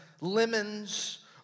lemons